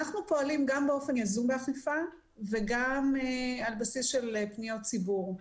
אנחנו פועלים גם באופן יזום באכיפה וגם על בסיס של פניות ציבור.